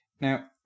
Now